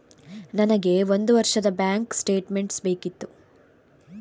ನನಗೆ ಒಂದು ವರ್ಷದ ಬ್ಯಾಂಕ್ ಸ್ಟೇಟ್ಮೆಂಟ್ ಬೇಕಿತ್ತು